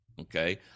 okay